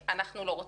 אנחנו לא רוצים.